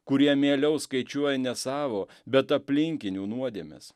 kurie mieliau skaičiuoja nesavo bet aplinkinių nuodėmes